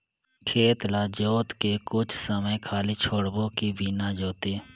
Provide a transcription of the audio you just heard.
खेत ल जोत के कुछ समय खाली छोड़बो कि बिना जोते?